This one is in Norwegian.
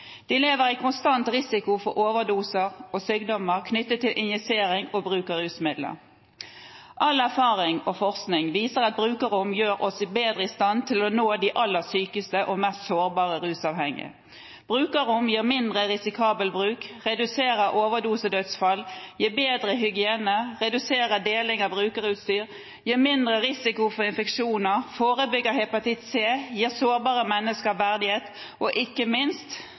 De lever i konstant risiko for overdoser og sykdommer knyttet til injisering og bruk av rusmidler. All erfaring og forskning viser at brukerrom gjør oss bedre i stand til å nå de aller sykeste og mest sårbare rusavhengige. Brukerrom gir mindre risikabel bruk, reduserer overdosedødsfall, gir bedre hygiene, reduserer deling av brukerutstyr, gir mindre risiko for infeksjoner, forebygger hepatitt C, gir sårbare mennesker verdighet og, ikke minst,